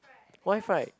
why fried